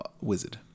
wizard